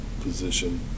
position